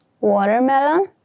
watermelon